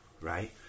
Right